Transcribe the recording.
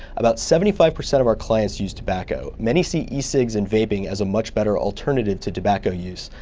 about seventy five percent of our clients use tobacco. many see e-cigs and vaping as a much better alternative to tobacco use.